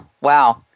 Wow